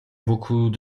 beaucoup